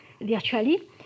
virtually